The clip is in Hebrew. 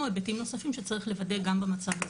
היבטים נוספים שצריך לוודא גם במצב הזה.